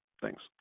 Thanks